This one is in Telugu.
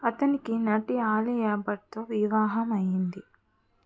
అతనికి నటి అలియా భట్తో వివాహం అయ్యింది